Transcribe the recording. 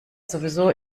sowieso